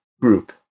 group